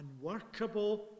unworkable